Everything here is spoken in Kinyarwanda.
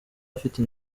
afite